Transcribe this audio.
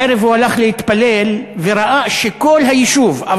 בערב הוא הלך להתפלל וראה שכל היישוב,